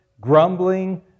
grumbling